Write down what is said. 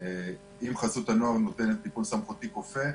אם חסות הנוער נותנת טיפול סמכותי כופה,